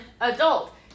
adult